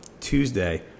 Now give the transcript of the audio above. tuesday